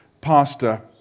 pastor